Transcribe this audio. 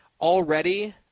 already